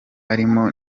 arimo